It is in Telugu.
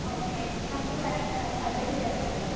ఓకే నాకు కరెక్ట్ అడ్రస్ చెప్పండి